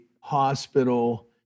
hospital